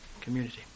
community